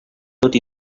tot